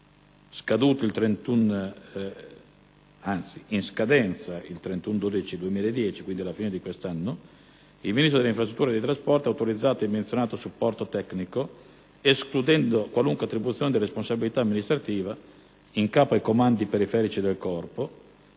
in scadenza al 31 dicembre 2010 (quindi alla fine di quest'anno), il Ministro delle infrastrutture e dei trasporti ha autorizzato il menzionato supporto tecnico, escludendo qualunque attribuzione di responsabilità amministrativa in capo ai comandi periferici del Corpo,